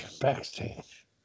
backstage